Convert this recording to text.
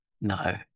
No